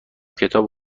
کتاب